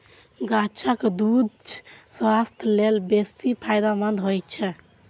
गाछक दूछ स्वास्थ्य लेल बेसी फायदेमंद होइ छै